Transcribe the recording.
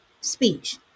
speech